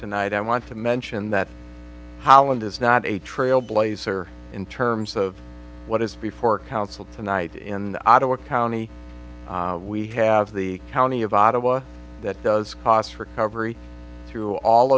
tonight i want to mention that holland is not a trailblazer in terms of what is before council tonight in ottawa county we have the county of ottawa that does cost recovery through all